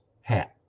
hat